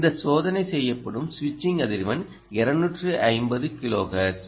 இந்த சோதனை செய்யப்படும் சுவிட்சிங் அதிர்வெண் 250 கிலோஹெர்ட்ஸ்